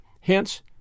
hence